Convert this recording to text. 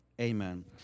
Amen